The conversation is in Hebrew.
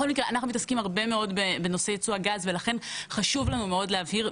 אנחנו מתעסקים הרבה מאוד בנושא יצוא הגז ולכן חשוב לנו מאד להבהיר,